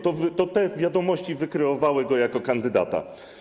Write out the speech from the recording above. To „Wiadomości” wykreowały go jako kandydata.